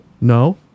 No